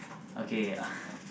okay